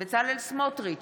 בצלאל סמוטריץ'